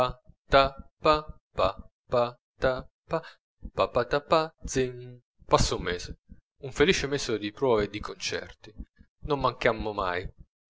zin passò un mese un felice mese di pruove e di concerti non mancammo mai